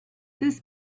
this